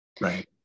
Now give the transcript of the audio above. right